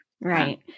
Right